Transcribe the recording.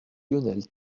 lionel